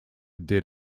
did